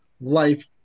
life